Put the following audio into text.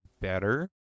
better